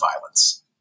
violence